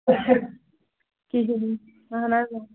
کِہیٖنۍ نہٕ اَہن حظ اۭں